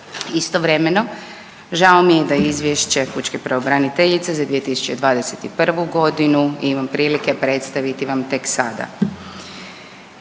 Istovremeno žao mi je da Izvješće pučke pravobraniteljice za 2021. godinu imam prilike predstaviti vam tek sada.